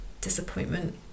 disappointment